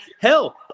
hell